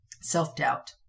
self-doubt